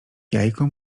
jajko